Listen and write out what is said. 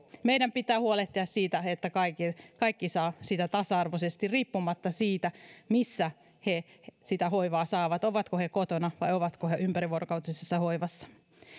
meidän pitää huolehtia siitä että kaikki saavat sitä tasa arvoisesti riippumatta siitä missä he sitä hoivaa saavat ovatko he kotona vai ovatko he ympärivuorokautisessa hoivassa